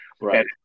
Right